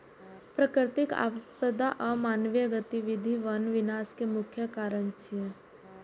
प्राकृतिक आपदा आ मानवीय गतिविधि वन विनाश के मुख्य कारण छियै